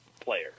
player